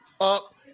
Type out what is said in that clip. up